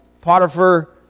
Potiphar